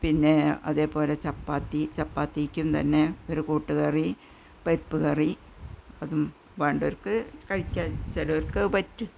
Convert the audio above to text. പിന്നെ അതേപോലെ ചപ്പാത്തി ചപ്പാത്തിക്കും തന്നെ ഒരു കൂട്ടുകറി പരിപ്പുകറി അതും വേണ്ടവര്ക്ക് കഴിക്കാം ചിലര്ക്ക് പറ്റു